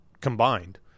combined